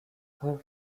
her